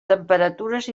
temperatures